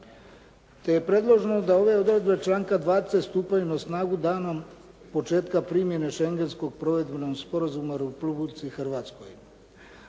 te je predloženo da ove odredbe članka 20. stupaju na snagu danom početka primjene Šengenskog provedbenog sporazuma u Republici Hrvatskoj.